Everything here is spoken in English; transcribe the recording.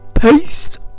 Peace